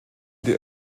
die